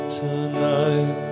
tonight